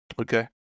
Okay